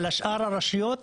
אבל שאר הרשויות